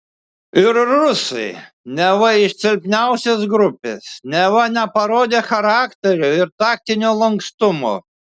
ir rusai neva iš silpniausios grupės neva neparodę charakterio ir taktinio lankstumo